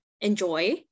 enjoy